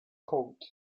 coat